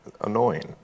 annoying